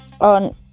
on